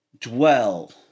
dwell